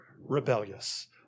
rebellious